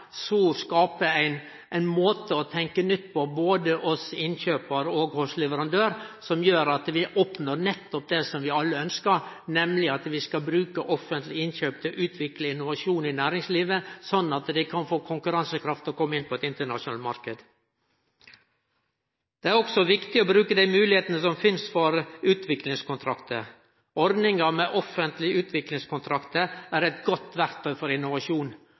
ein måte å tenkje nytt på både hos innkjøpar og hos leverandør, som gjer at vi oppnår nettopp det som vi alle ønskjer, nemleg at vi skal bruke offentlege innkjøp til å utvikle innovasjon i næringslivet, slik at dei kan få konkurransekraft til å kome inn på ein internasjonal marknad. Det er også viktig å bruke dei moglegheitene for utviklingskontraktar som finst. Ordninga med offentlege utviklingskontraktar er eit godt verktøy for innovasjon.